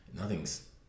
Nothing's